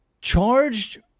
charged